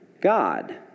God